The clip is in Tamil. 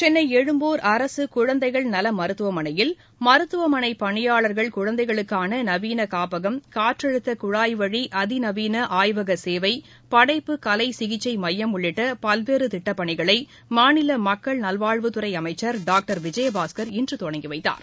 சென்னை எழும்பூர் அரசு குழந்தைகள் நல மருத்துவமனையில் மருத்துவமனை பணியாளர்கள் குழந்தைகளுக்கான நவீன காப்பகம் காற்றழுத்த குழாய் வழி அதிநவீன ஆய்வக சேவை படைப்பு கலை சிகிச்சை மையம் உள்ளிட்ட பல்வேறு திட்டப் பணிகளை மாநில மக்கள் நல்வாழ்வுத் துறை அமைச்சர் டாக்டர் விஜயபாஸ்கர் இன்று தொடங்கிவைத்தார்